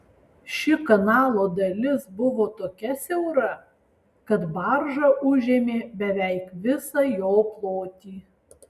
ši kanalo dalis buvo tokia siaura kad barža užėmė beveik visą jo plotį